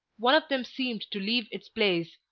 one of them seemed to leave its place,